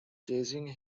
chasing